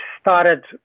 started